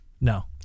No